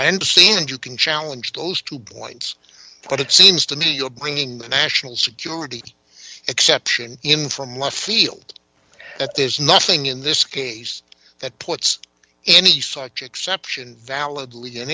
i understand you can challenge those two points but it seems to me you're bringing the national security exception in from left field that there's nothing in this case that puts any such exception valid